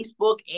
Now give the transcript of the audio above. Facebook